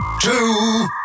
two